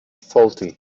faulty